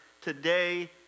today